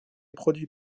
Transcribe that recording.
produit